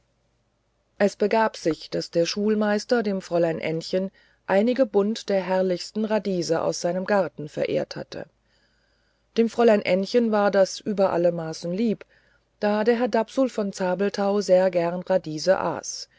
es begab sich daß der schulmeister dem fräulein ännchen einige bund der herrlichsten radiese aus seinem garten verehrt hatte dem fräulein ännchen war das über alle maßen lieb da herr dapsul von zabelthau sehr gern radiese aß